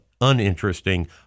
uninteresting